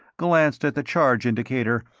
glanced at the charge indicator,